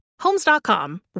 Homes.com